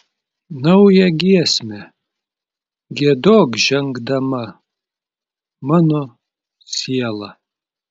naują giesmę giedok žengdama mano siela